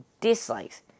dislikes